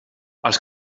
als